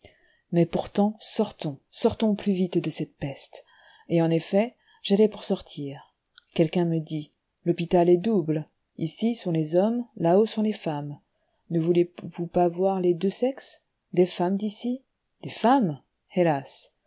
mais pourtant sortons sortons au plus vite de cette peste et en effet j'allais pour sortir quelqu'un me dit l'hôpital est double ici sont les hommes là-haut sont les femmes ne voulez-vous pas voir les deux sexes des femmes ici des femmes hélas